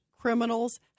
criminals